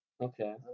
Okay